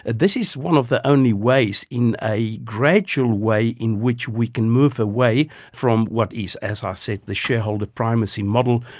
and this is one of the only ways in a gradual way in which we can move away from what is, as i ah said, the shareholder primacy model,